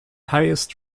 highest